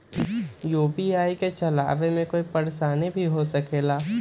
UPI के चलावे मे कोई परेशानी भी हो सकेला?